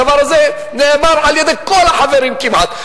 הדבר הזה נאמר על-ידי כל החברים כמעט.